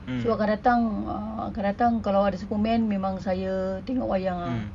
so akan datang uh akan datang kalau ada superman memang saya tengok wayang ah